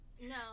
No